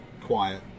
quiet